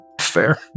Fair